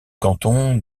canton